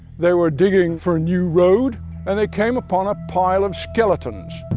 they were digging for a new road and they came upon a pile of skeletons,